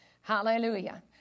Hallelujah